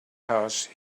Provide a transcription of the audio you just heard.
house